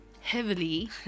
heavily